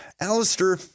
Alistair